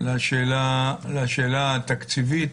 לשאלה התקציבית.